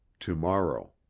to-morrow